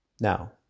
Now